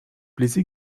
близ